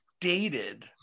dated